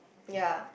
ya